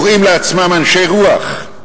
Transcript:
הקוראים לעצמם אנשי רוח,